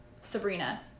Sabrina